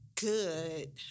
good